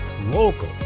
local